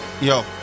Yo